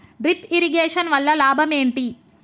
Drip irrigation వల్ల లాభం ఏంటి?